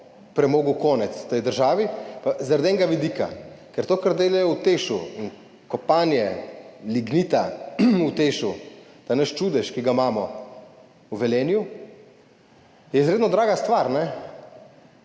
premogu v tej državi zaradi enega vidika, ker to, kar delajo v Tešu, kopanje lignita v Tešu, ta naš čudež, ki ga imamo v Velenju, je izredno draga stvar.